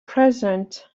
present